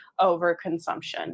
overconsumption